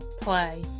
play